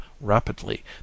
rapidly